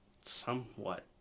somewhat